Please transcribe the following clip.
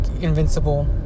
invincible